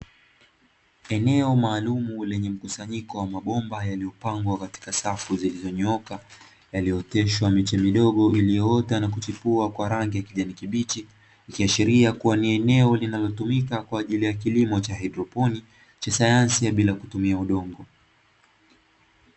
Eneo maalumu lenye mkusanyiko wa mabomba yaliyopangwa katika safu zilizonyooka, yaliyoteshwa miti midogo iliyoota na kuchipua kwa rangi ya kijani kibichi. Ikiashiria kuwa ni eneo linalotumika kwa ajili ya kilimo cha hydroponi, cha sayansi ya bila kutumia udongo.